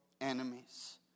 enemies